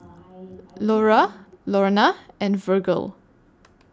Norah Lorna and Virgel